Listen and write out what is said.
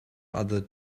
other